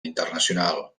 internacional